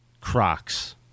crocs